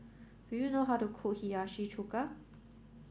do you know how to cook Hiyashi Chuka